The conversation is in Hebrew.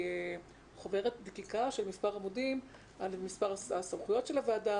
חוברת דקיקה של מספר עמודים על הסמכויות של הוועדה,